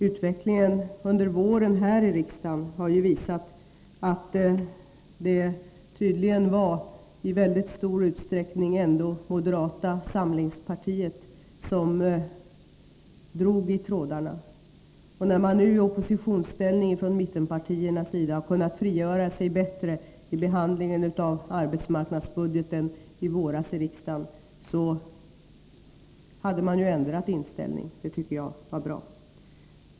Utvecklingen under våren här i riksdagen har visat att det tydligen ändå i mycket stor utsträckning var moderata samlingspartiet som drog i trådarna. När mittenpartierna i oppositionsställning kunde frigöra sig bättre vid behandlingen av arbetsmarknadsbudgeten i våras i riksdagen, då hade man ändrat inställning. Det tycker jag var bra.